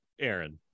Aaron